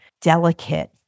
delicate